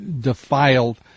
defiled